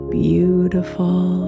beautiful